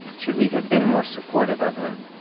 should we have been more supportive of him?